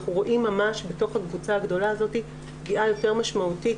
אנחנו רואים ממש בתוך הקבוצה הגדולה הזאת פגיעה יותר משמעותית